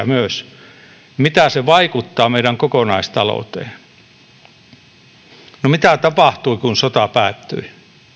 myös taloustieteilijä mitä se vaikuttaa meidän kokonaistalouteen no mitä tapahtui kun sota päättyi